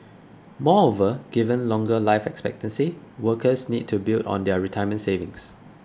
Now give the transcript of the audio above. moreover given longer life expectancy workers need to build on their retirement savings